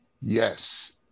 Yes